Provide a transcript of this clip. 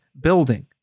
building